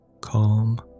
Calm